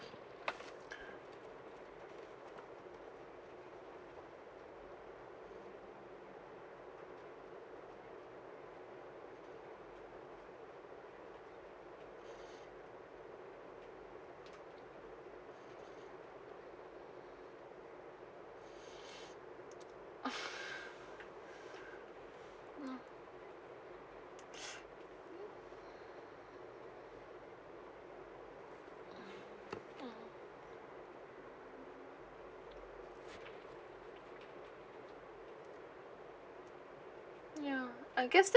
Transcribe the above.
ya I guess